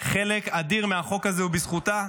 חלק אדיר מהחוק הזה הוא בזכותה,